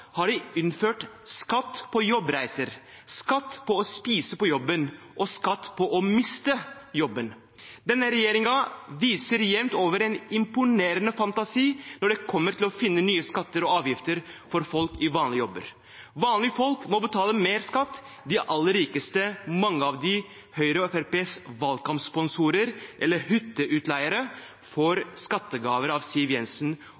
har de innført skatt på jobbreiser, skatt på å spise på jobben og skatt på å miste jobben. Denne regjeringen viser jevnt over en imponerende fantasi når det gjelder å finne nye skatter og avgifter for folk i vanlige jobber. Vanlige folk må betale mer skatt. De aller rikeste, mange av dem Høyres og Fremskrittspartiets valgkampsponsorer eller hytteutleiere, får skattegaver av Siv Jensen